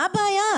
מה הבעיה?